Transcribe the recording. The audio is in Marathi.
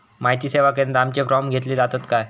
माहिती सेवा केंद्रात आमचे फॉर्म घेतले जातात काय?